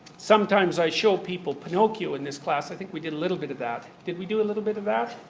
sometimes i show people pinocchio in this class, i think we did a little bit of that, did we do a little bit of that?